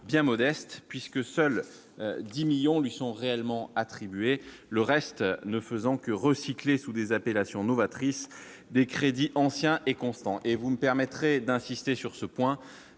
bien modeste puisque seuls 10 millions lui sont réellement attribués, le reste ne faisant que recycler sous des appellations novatrice des crédits ancien et constant et vous me permettrez d'insister sur ce point